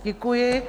Děkuji.